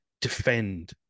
defend